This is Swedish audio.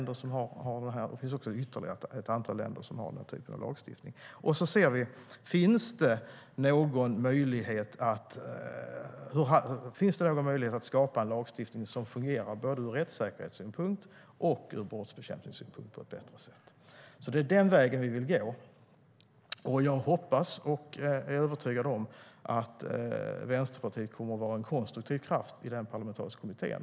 Det finns baltiska länder som har denna typ av lagstiftning liksom ett antal ytterligare länder. Då ser vi om det finns möjlighet att skapa en lagstiftning som fungerar både ur rättssäkerhetssynpunkt och ur brottsbekämpningssynpunkt på ett bättre sätt. Det är den vägen vi vill gå. Jag hoppas och är övertygad om att Vänsterpartiet kommer att vara en konstruktiv kraft i den parlamentariska kommittén.